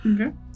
Okay